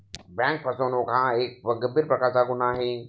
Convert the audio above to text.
bank फसवणूक हा एक प्रकारचा गंभीर गुन्हा मानला जातो